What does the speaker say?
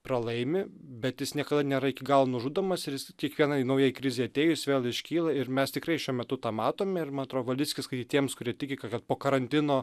pralaimi bet jis niekada nėra iki galo nužudomas ir jis kiekvienai naujai krizei atėjus vėl iškyla ir mes tikrai šiuo metu tą matome ir man atrodo valickį skaityti tiems kurie tiki kad po karantino